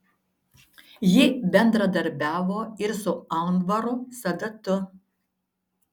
ji bendradarbiavo ir su anvaru sadatu